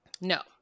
no